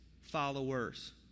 followers